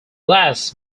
glass